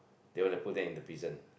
they want to put them in the prison